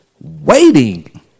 waiting